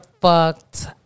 fucked